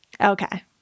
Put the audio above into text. Okay